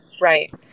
Right